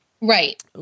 Right